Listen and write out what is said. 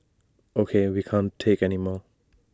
O K we can't take anymore